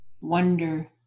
wonder